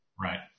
Right